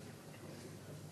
להצבעה.